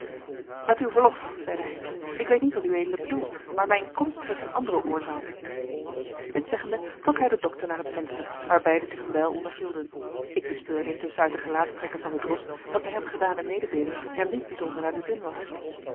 met uw verlof zeide heynsz ik weet niet wat ued bedoelt maar mijne komst heeft een andere oorzaak dit zeggende trok hij den dokter naar het venster waar beiden zich een wijl onderhielden ik bespeurde intusschen uit de gelaatstrekken van den drost dat de hem gedane mededeeling hem niet bijzonder naar den zin was